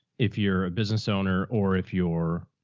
if you're a business owner or if you're,